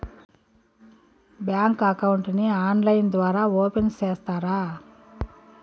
Bank account ని online ద్వారా open సేస్తారా?